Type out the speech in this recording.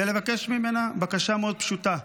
ולבקש ממנה בקשה מאוד פשוטה: